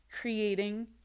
creating